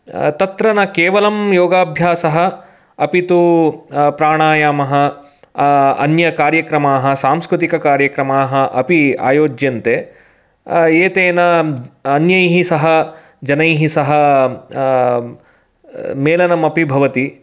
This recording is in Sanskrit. तत्र न केवलं योगाभ्यासः अपि तु प्राणायामः अन्य कार्यक्रमाः सांस्कृतिककार्यक्रमाः अपि आयोज्यन्ते एतेन अन्यैः सह जनैः सह मेलनम् अपि भवति